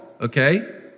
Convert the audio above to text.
okay